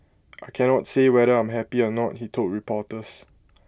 I cannot say whether I'm happy or not he told reporters